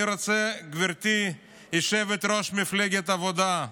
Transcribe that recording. גברתי יושבת-ראש מפלגת העבודה,